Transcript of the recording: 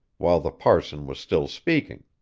while the parson was still speaking.